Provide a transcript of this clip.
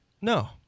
No